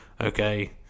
Okay